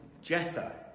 Jethro